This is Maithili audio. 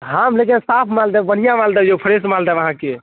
हम लेकिन साफ माल देब बढ़िआँ माल देब यौ फ्रेश माल देब अहाँके